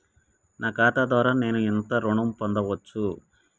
నా ఖాతా ద్వారా నేను ఎంత ఋణం పొందచ్చు?